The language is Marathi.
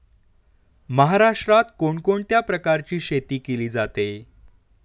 महाराष्ट्रात कोण कोणत्या प्रकारची शेती केली जाते?